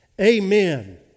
Amen